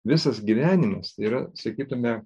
visas gyvenimas tai yra sakytume